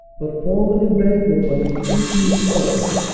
but form an embankment on its eastern slopes,